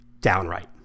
downright